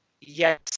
Yes